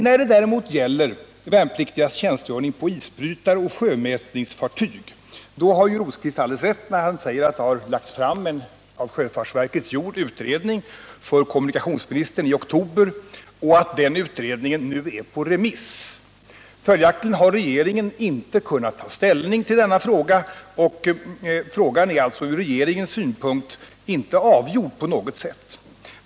När det däremot gäller värnpliktigas tjänstgöring på isbrytare och sjömätningsfartyg har Birger Rosqvist alldeles rätt när han säger att det i oktober lades fram en av sjöfartsverket gjord utredning för kommunikationsministern och att den utredningen nu är på remiss. Följaktligen har regeringen inte kunnat ta ställning till denna fråga, som alltså ur regeringens synpunkt inte är avgjord på något sätt.